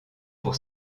pour